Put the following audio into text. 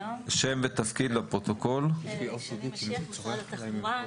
שלום, אני ממשרד התחבורה,